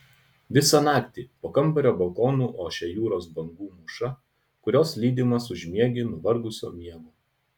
visą naktį po kambario balkonu ošia jūros bangų mūša kurios lydimas užmiegi nuvargusio miegu